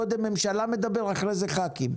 קודם הממשלה מדברת ואחרי זה ח"כים.